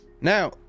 now